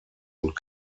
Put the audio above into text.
und